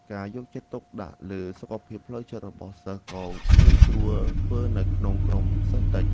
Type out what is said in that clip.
ការយកចិត្តទុកដាក់លើសុខភាពផ្លូវចិត្តរបស់សិស្សក៏ងាយស្រួលធ្វើនៅក្នុងក្រុមសិស្សតិច។